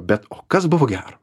bet o kas buvo gero